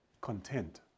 content